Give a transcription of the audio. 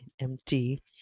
empty